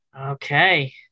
Okay